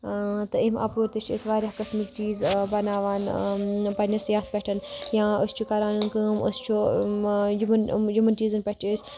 ٲں تہٕ امہِ اَپور تہِ چھِ أسۍ واریاہ قسمٕکۍ چیٖز بَناوان پَننِس یَتھ پٮ۪ٹھ یا أسۍ چھِ کَران کٲم أسۍ چھِ یومَن یومَن چیٖزَن پٮ۪ٹھ چھِ أسۍ